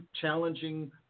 challenging